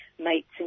Mates